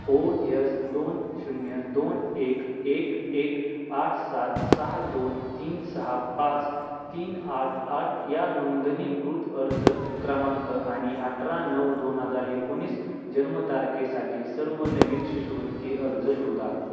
ओ S दोन शून्य दोन एक एक एक आठ सात सहा दोन तीन सहा पाच तीन आठ आठ या नोंदणीकृत अर्ज क्रमांक आणि अठरा नऊ दोन हजार एकोणीस जन्म तारखेसाठी सर्व नवीन शिष्यवृत्ती अर्ज शोधा